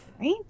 Right